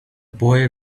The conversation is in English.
boy